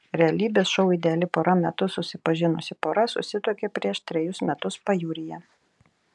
realybės šou ideali pora metu susipažinusi pora susituokė prieš trejus metus pajūryje